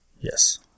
Yes